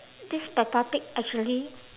this peppa pig actually